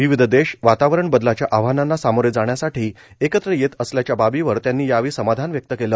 विविध देश वातावरण बदलाच्या आव्हानाला सामोरे जाण्यासाठी एकत्र येत असल्याच्या बाबीवर त्यांनी यावेळी समाधान व्यक्त केलं